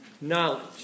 knowledge